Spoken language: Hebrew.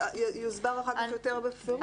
יוסבר אחר כך יותר בפירוט.